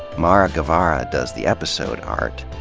mara guevarra does the episode art.